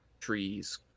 trees